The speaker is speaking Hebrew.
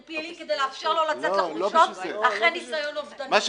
פלילי כדי לאפשר לו לצאת לחופשות אחרי ניסיון אובדני.